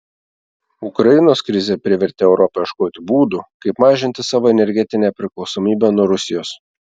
ukrainos krizė privertė europą ieškoti būdų kaip mažinti savo energetinę priklausomybę nuo rusijos